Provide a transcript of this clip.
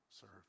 serve